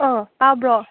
ꯑꯣ ꯇꯥꯕ꯭ꯔꯣ